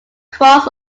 cross